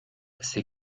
c’est